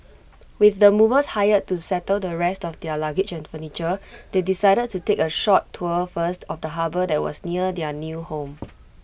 with the movers hired to settle the rest of their luggage and furniture they decided to take A short tour first of the harbour that was near their new home